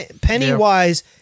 Pennywise